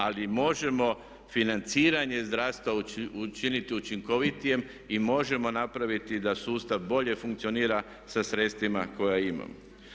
Ali možemo financiranje zdravstva učiniti učinkovitijim i možemo napraviti da sustav bolje funkcionira sa sredstvima koja imamo.